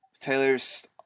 Taylor's